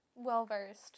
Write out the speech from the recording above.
well-versed